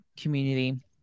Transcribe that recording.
community